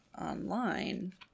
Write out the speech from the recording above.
online